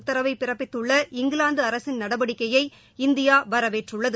உத்தரவை பிறப்பித்துள்ள இங்கிலாந்து அரசின் நடவடிக்கையை இந்தியா வரவேற்றுள்ளது